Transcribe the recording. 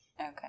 Okay